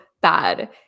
bad